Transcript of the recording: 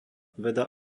veda